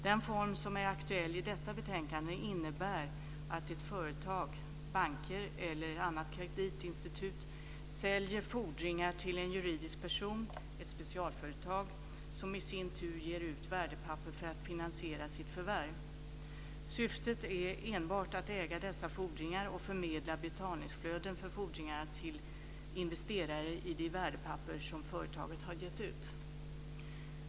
Den form som är aktuell i detta betänkande innebär att ett företag, banker eller annat kreditinstitut, säljer fordringar till en juridisk person, ett specialföretag, som i sin tur ger ut värdepapper för att finansiera sitt förvärv. Syftet är enbart att äga dessa fordringar och förmedla betalningsflöden från fordringarna till investerare i de värdepapper som företaget har gett ut.